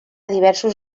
diversos